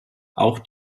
auch